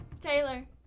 Taylor